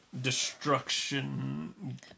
Destruction